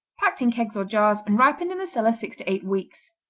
packed in kegs or jars and ripened in the cellar six to eight weeks.